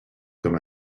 comme